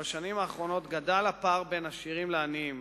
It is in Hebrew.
שבשנים האחרונות גדל הפער בין עשירים לעניים,